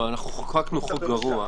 חוקקנו חוק גרוע.